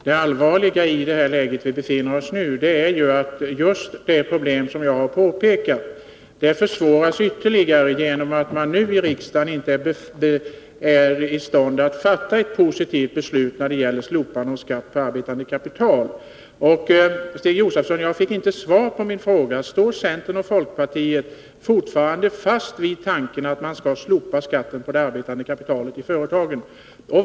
Herr talman! Det allvarliga i det läge där vi nu befinner oss är att just det problem som jag har pekat på ytterligare förvärras genom att man i riksdagen inte är i stånd att fatta ett positivt beslut om slopande av skatt på det arbetande kapitalet. Jag fick inte något svar av Stig Josefson på min fråga: Står centern och folkpartiet fortfarande fast vid tanken att man skall slopa skatten på det arbetande kapitalet i företagen?